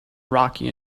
rocky